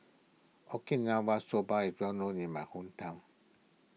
Okinawa Soba is well known in my hometown